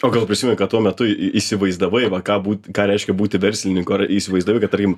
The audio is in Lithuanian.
o gal prisimeni ką tuo metu į įsivaizdavai va ką būt ką reiškia būti verslininku ar įsivaizdavai kad tarkim